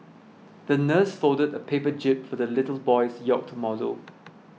the nurse folded a paper jib for the little boy's yacht model